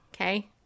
Okay